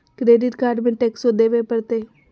Credit card में टेक्सो देवे परते?